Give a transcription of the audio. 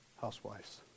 housewives